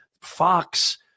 Fox